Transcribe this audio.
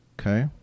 Okay